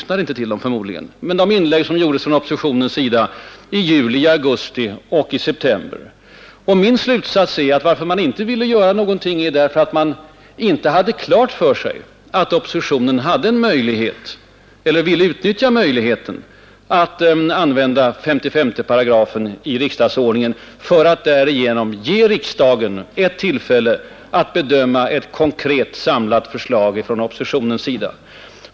Ni hörde dem, men ni lyssnade förmodligen inte till dem. Min slutsats är: Att regeringen inte ville göra någonting berodde tydligen på att den inte hade klart för sig att oppositionen avsåg att utnyttja möjligheterna enligt 55 § i riksdagsordningen för att ge riksdagen ett tillfälle att ta ställning till ett konkret, samlat förslag från oppositionen.